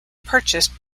purchased